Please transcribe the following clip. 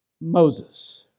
Moses